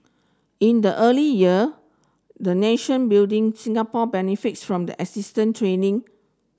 in the early year the nation building Singapore benefited from the assistance training